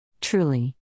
Truly